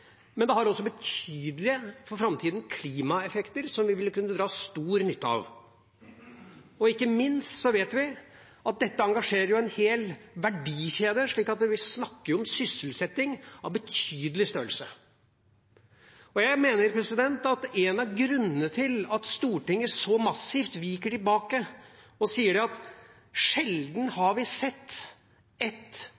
men for framtida har det også betydelige klimaeffekter som vi vil kunne ha stor nytte av. Ikke minst vet vi at dette engasjerer en hel verdikjede. Vi snakker jo om sysselsetting av betydelig størrelse. Jeg mener at det er en av grunnene til at Stortinget så massivt viker tilbake og sier at sjelden